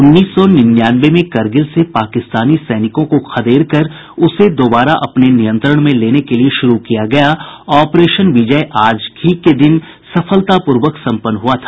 उन्नीस सौ निन्यानवे में करगिल से पाकिस्तानी सैनिकों को खदेड़कर उसे दोबारा अपने नियंत्रण में लेने के लिए शुरू किया गया ऑपरेशन विजय आज ही के दिन सफलता पूर्वक संपन्न हुआ था